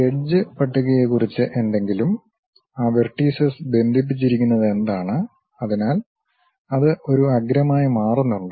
edge പട്ടികയെക്കുറിച്ച് എന്തെങ്കിലും ആ വെർട്ടീസസ് ബന്ധിപ്പിച്ചിരിക്കുന്നതെന്താണ് അതിനാൽ അത് ഒരു അഗ്രമായി മാറുന്നുണ്ടോ